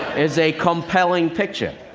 is a compelling picture.